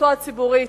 בשליחותו הציבורית,